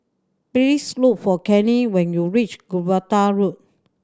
please look for Kenny when you reach Gibraltar Road